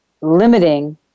limiting